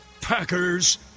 Packers